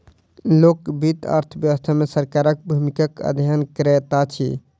लोक वित्त अर्थ व्यवस्था मे सरकारक भूमिकाक अध्ययन करैत अछि